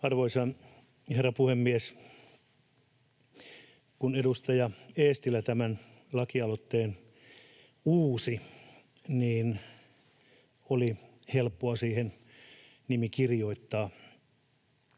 Arvoisa herra puhemies! Kun edustaja Eestilä tämän laki-aloitteen uusi, niin oli helppoa siihen nimi kirjoittaa.